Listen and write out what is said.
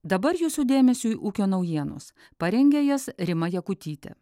dabar jūsų dėmesiui ūkio naujienos parengė jas rima jakutytė